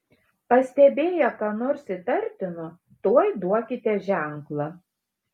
pastebėję ką nors įtartino tuoj duokite ženklą